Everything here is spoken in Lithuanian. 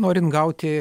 norin gauti